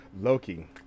Loki